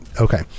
okay